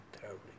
terribly